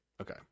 Okay